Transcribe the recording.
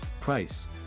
Price